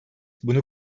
bunu